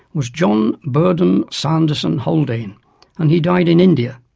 was john burden sanderson haldane and he died in india,